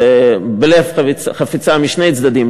בנפש חפצה משני הצדדים,